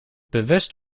bewust